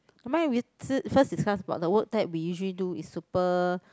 nevermind we first discuss about the work that we do is super